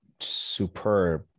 Superb